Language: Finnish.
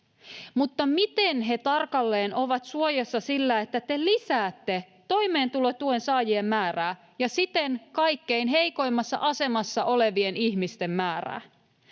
mutta miten he tarkalleen ovat suojassa sillä, että te lisäätte toimeentulotuen saajien määrää ja siten kaikkein heikoimmassa asemassa olevien ihmisten määrää?